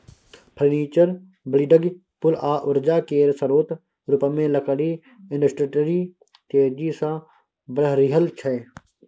furniture, building, पुल आ उर्जा केर स्रोत रुपमे लकड़ी इंडस्ट्री तेजी सँ बढ़ि रहल छै